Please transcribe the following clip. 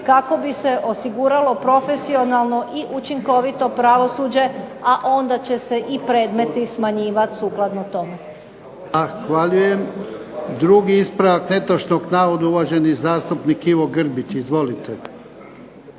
kako bi se osiguralo profesionalno i učinkovito pravosuđe, a onda će se i predmeti smanjivati sukladno tome. **Jarnjak, Ivan (HDZ)** Zahvaljujem. Drugi ispravak netočnog navoda uvaženi zastupnik Ivo Grbić. Izvolite.